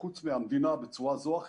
חוץ מהמדינה בצורה זו או אחרת,